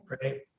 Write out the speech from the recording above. Great